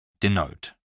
Denote